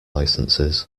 licences